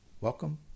welcome